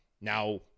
Now